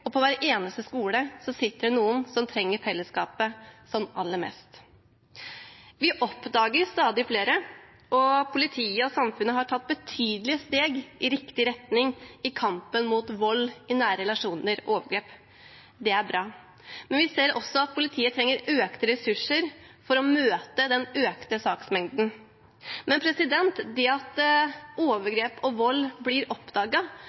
og på hver eneste skole sitter det noen som trenger fellesskapet som aller mest. Vi oppdager stadig flere, og politiet og samfunnet har tatt betydelige steg i riktig retning i kampen mot vold og overgrep i nære relasjoner. Det er bra. Men vi ser også at politiet trenger økte ressurser for å møte den økte saksmengden. Men det at overgrep og vold blir